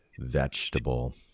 vegetable